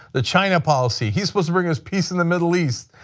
the china policy, he is supposed to bring us peace in the middle east,